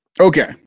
Okay